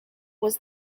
was